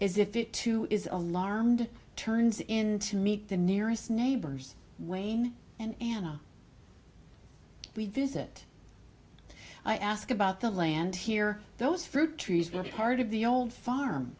is if it too is alarmed turns in to meet the nearest neighbors wayne and anna we visit i ask about the land here those fruit trees were part of the old farm